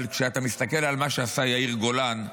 אבל כשאתה מסתכל על מה שעשה יאיר גולן,